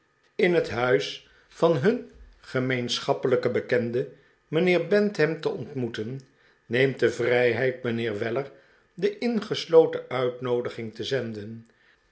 in het huis van him gemeenschappelijken bekende mijnheer bantam te ontmoeten neemt de vrijheid mijnheer weller de ingesloten uitnoodiging te zenden